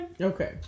Okay